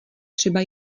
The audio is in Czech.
třeba